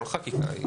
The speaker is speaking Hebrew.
כל חקיקה.